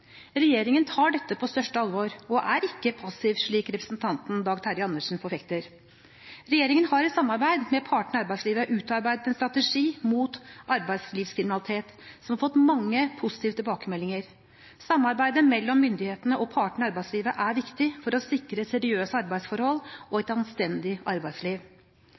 Regjeringen tar dette på største alvor og er ikke passiv, slik representanten Dag Terje Andersen forfekter. Regjeringen har i samarbeid med partene i arbeidslivet utarbeidet en strategi mot arbeidslivskriminalitet, som har fått mange positive tilbakemeldinger. Samarbeidet mellom myndighetene og partene i arbeidslivet er viktig for å sikre seriøse arbeidsforhold og et anstendig arbeidsliv.